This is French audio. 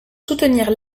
soutenir